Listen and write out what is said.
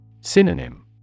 Synonym